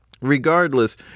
Regardless